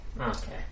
Okay